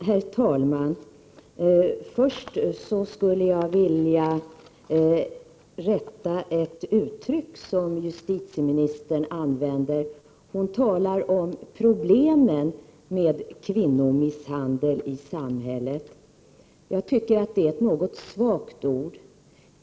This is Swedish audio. Herr talman! Först skulle jag vilja rätta ett uttryck som justitieministern använder. Hon talar om problemen med kvinnomisshandel i samhället. Jag tycker att det är ett något svagt ord.